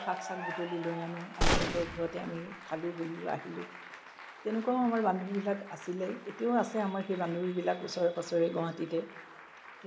আকৌ শাক চাক বুটলি লৈ আনো আমি সিহঁতৰ ঘৰতে আমি খালোঁ বলোঁ আহিলোঁ তেনেকুৱা ধৰণৰ আমাৰ বান্ধৱীবিলাক আছিলে এতিয়াও আছে আমাৰ সেই বান্ধৱীবিলাক ওচৰে পাঁজৰে গুৱাহাটীতে